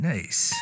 Nice